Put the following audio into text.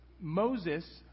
Moses